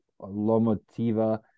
Lomotiva